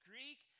Greek